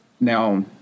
now